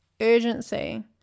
urgency